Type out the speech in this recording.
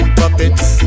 puppets